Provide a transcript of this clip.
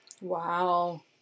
Wow